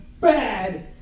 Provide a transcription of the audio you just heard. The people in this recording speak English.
bad